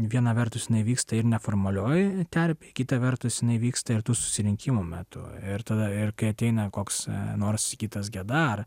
viena vertus jinai vyksta ir neformalioj terpėj kita vertus jinai vyksta ir tų susirinkimų metu ir tada kai ateina koks nors sigitas geda ar